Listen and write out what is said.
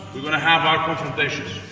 we're gonna have our confrontations.